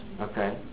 Okay